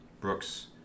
Brooks